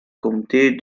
comtés